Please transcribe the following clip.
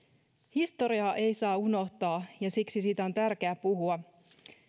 historiaa ei saa unohtaa ja siksi siitä on tärkeää puhua